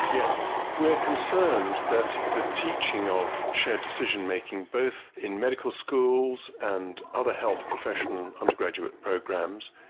yes. we're concerned that the teaching of shared decision making, both in medical schools and other health profession undergraduate programs,